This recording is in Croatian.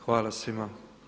Hvala svima.